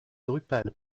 drupal